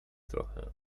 trochę